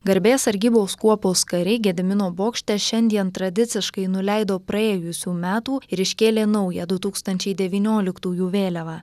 garbės sargybos kuopos kariai gedimino bokšte šiandien tradiciškai nuleido praėjusių metų ir iškėlė naują du tūkstančiai devynioliktųjų vėliavą